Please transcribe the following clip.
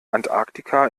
antarktika